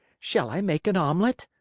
shall i make an omelet?